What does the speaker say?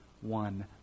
one